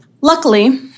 Luckily